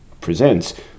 presents